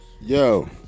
Yo